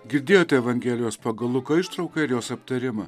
girdėjote evangelijos pagal luką ištrauką ir jos aptarimą